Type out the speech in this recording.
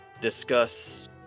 discuss